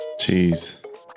jeez